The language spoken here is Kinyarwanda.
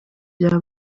bya